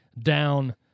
down